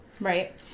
Right